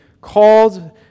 called